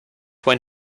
when